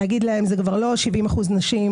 להגיד להם, זה כבר לא 80% נשים